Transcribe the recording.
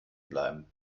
bleiben